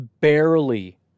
Barely